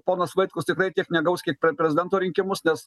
ponas vaitkus tikrai tiek negaus kiek per prezidento rinkimus nes